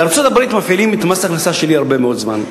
בארצות-הברית מפעילים את מס ההכנסה השלילי הרבה מאוד זמן,